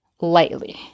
lightly